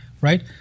right